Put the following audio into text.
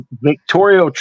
victoria